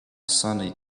sunny